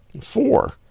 Four